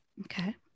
Okay